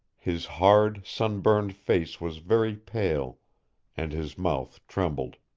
his hard, sunburned face was very pale and his mouth trembled.